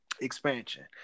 expansion